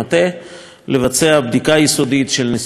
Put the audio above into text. לערוך בדיקה יסודית של נסיבות האירוע.